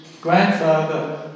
grandfather